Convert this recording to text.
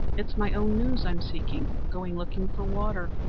it's my own news i'm seeking. going looking for water,